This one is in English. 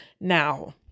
now